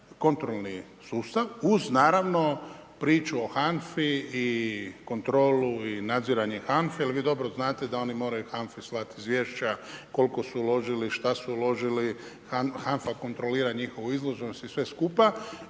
kontrolni sustav, uz naravno priču o HANF-i i kontrolu i nadziranje HANFA-e jer vi dobro znate da oni moraju HANFA-i slati izvješća koliko su uložiti, šta su uložili HANFA kontrolira njihovu …/Govornik se ne